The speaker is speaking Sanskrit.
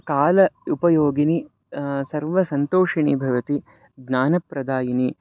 काल उपयोगिनिः सर्व सन्तोषिणिः भवति ज्ञान प्रदायिनिः